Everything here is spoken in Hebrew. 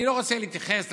אני לא רוצה להתייחס לאמירות,